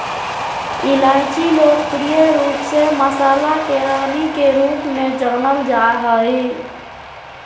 इलायची लोकप्रिय रूप से मसाला के रानी के रूप में जानल जा हइ